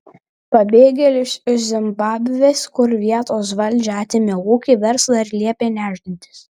pabėgėlis iš zimbabvės kur vietos valdžia atėmė ūkį verslą ir liepė nešdintis